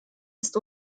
ist